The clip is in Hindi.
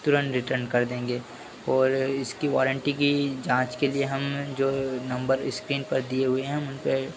तुरंत रिटर्न कर देंगे और इसकी वारंटी की जाँच के लिए हम जो नंबर स्क्रीन पर दिए हुए हैं हम उन पर